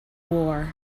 war